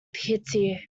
pity